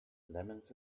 lemons